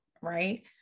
right